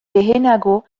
lehenago